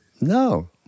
no